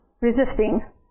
resisting